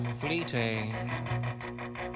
fleeting